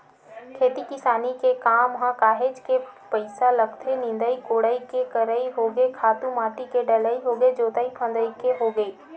खेती किसानी के काम म काहेच के पइसा लगथे निंदई कोड़ई के करई होगे खातू माटी के डलई होगे जोतई फंदई के होगे